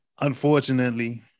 unfortunately